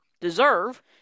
deserve